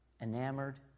enamored